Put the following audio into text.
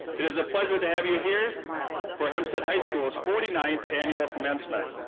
it is a pleasure to have you here for hempstead high school's forty ninth annual commencement.